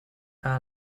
que